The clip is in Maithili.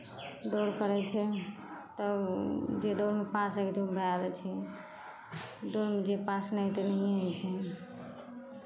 दौड़ करै छै तब जे दौड़मे पास हो छै तऽ भए जाइ छै दौड़मे जे पास नहि हेतै नहिए होइ छै